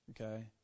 okay